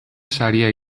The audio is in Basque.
saria